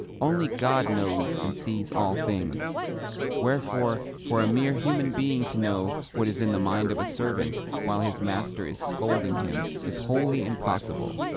only god knows and sees all things wherefore for a mere human being to know what is in the mind of a servant while his master is scolding him is wholly impossible.